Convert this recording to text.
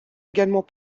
également